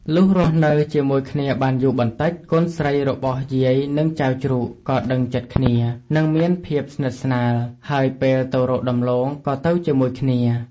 លុះរស់នៅជាមួយគ្នាបានយូបន្ដិច កូនស្រីរបស់យាយនឹងចៅជ្រូកក៏ដឹងចិត្ដគ្នានិងមានភាពស្និទ្ធស្នាល ហើយពេលទៅរកដំឡូងក៏ទៅជាមួយគ្នា។